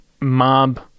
Mob